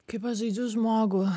kaip aš žaidžiu žmogų